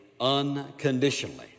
unconditionally